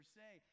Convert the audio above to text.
say